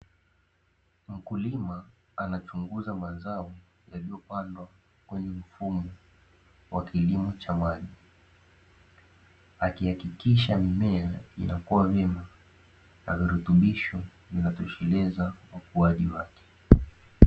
Mkulima anachunguza mazao yaliyopandwa kwenye mfumo wa kilimo cha maji, akihakikisha mimea inakua vyema na virutubisho vinatosheleza kwa ukuaji wake.